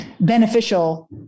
beneficial